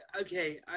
okay